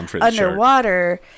underwater